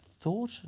thought